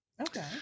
Okay